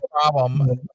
problem